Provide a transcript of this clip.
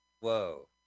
whoa